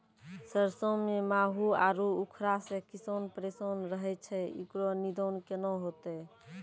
सरसों मे माहू आरु उखरा से किसान परेशान रहैय छैय, इकरो निदान केना होते?